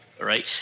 right